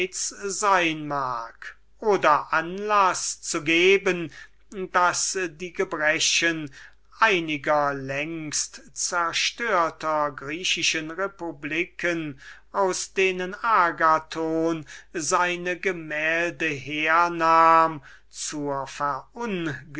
sein mag oder anlaß zu geben daß die gebrechen einiger längst zerstörten griechischen republiken aus denen agathon seine gemälde hernahm zur